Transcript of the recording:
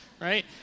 right